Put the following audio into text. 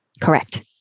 Correct